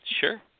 Sure